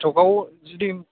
स्ट'कआव जुदि